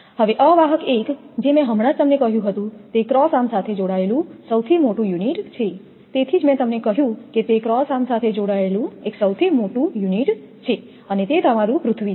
હવે અવાહક એક જે મેં હમણાં જ તમને કહ્યું હતું તે ક્રોસ આર્મ સાથે જોડાયેલું સૌથી મોટું યુનિટ છે તેથી જ મેં તમને કહ્યું કે તે ક્રોસ આર્મ સાથે જોડાયેલું એક સૌથી મોટું યુનિટ છે અને તે તમારું પૃથ્વી છે